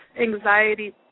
anxiety